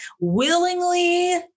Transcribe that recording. willingly